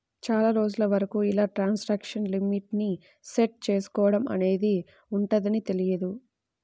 చాలా రోజుల వరకు ఇలా ట్రాన్సాక్షన్ లిమిట్ ని సెట్ చేసుకోడం అనేది ఉంటదని తెలియదు